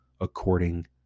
according